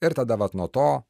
ir tada vat nuo to